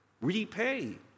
repay